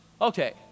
okay